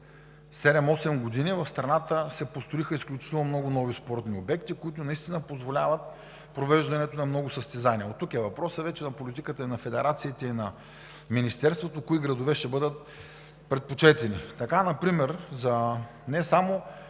– 8 години в страната се построиха изключително много нови спортни обекти, които наистина позволяват провеждането на много състезания. Тук въпросът вече е за политиката и на федерациите, и на Министерството кои градове ще бъдат предпочетени. Разбира се,